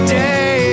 day